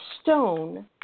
stone